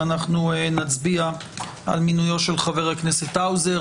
ואנחנו נצביע על מינויו של חבר הכנסת האוזר.